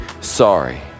sorry